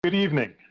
good evening.